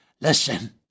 listen